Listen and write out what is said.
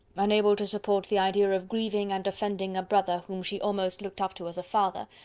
unable to support the idea of grieving and offending a brother whom she almost looked up to as a father,